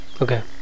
Okay